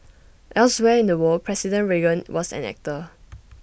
elsewhere in the world president Reagan was an actor